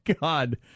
God